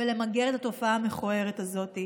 ולמגר את התופעה המכוערת הזאת.